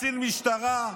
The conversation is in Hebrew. קצין משטרה,